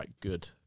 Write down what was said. good